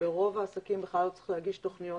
שברוב העסקים בכלל לא צריך להגיש תוכניות